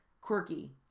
quirky